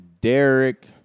Derek